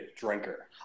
drinker